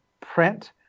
print